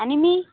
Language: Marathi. आणि मी